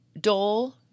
Dole